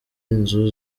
inzu